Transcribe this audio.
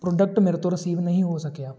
product ਮੇਰੇ ਤੋਂ receive ਨਹੀਂ ਹੋ ਸਕਿਆ